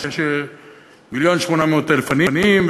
יש 1,800,000 עניים,